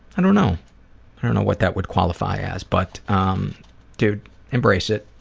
i don't know. i don't know what that would qualify as but um dude embrace it.